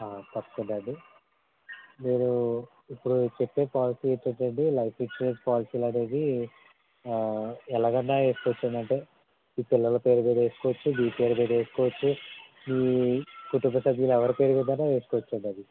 తప్పకుండా అండి నేను ఇప్పుడు చెప్పే పోలసీ వచ్చి అండి లైఫ్ ఇన్సూరెన్స్ పోలసీలు అనేవి ఎలాగైనా వేసుకోవచ్చండి అంటే మీ పిల్లల పేరు మీద వేసుకోవచ్చు మీ పేరు మీద వేసుకోవచ్చు మీ కుటుంబ సభ్యుల ఎవరి పేరు మీదైనా వేసుకోవచ్చండి అది